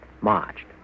marched